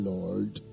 Lord